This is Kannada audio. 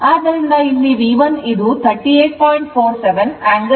ಆದ್ದರಿಂದ ಇಲ್ಲಿ V1 ಇದು 38